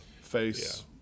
face